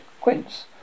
Quince